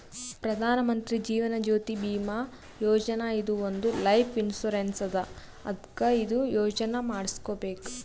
ಪ್ರಧಾನ್ ಮಂತ್ರಿ ಜೀವನ್ ಜ್ಯೋತಿ ಭೀಮಾ ಯೋಜನಾ ಇದು ಒಂದ್ life insurance ಅದಾ ಅದ್ಕ ಇದು ಯೋಜನಾ ಮಾಡುಸ್ಕೊಬೇಕ್